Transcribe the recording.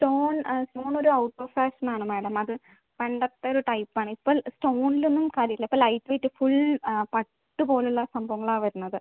stone stone ഒരു out of fashion ആണ് madam അത് പണ്ടത്തെ ഒരു ടൈപ്പ് ആണ് ഇപ്പം സ്റ്റോണിൽ ഒന്നും കാര്യം ഇല്ല ഇപ്പം ലൈറ്റ് വെയ്റ്റ് ഫുൾ പട്ട് പോലെയുള്ള സംഭവങ്ങളാണ് വരുന്നത്